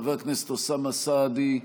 חבר הכנסת אוסאמה סעדי,